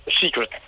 secret